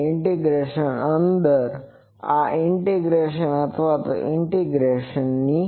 અને આ ઇન્ટીગ્રેસનની અંદર છેઅને આ ઇન્ટીગ્રેટેડ અથવા ઇન્તીગ્રેસન છે